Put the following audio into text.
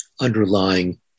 underlying